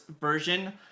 version